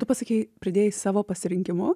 tu pasakei pridėjai savo pasirinkimu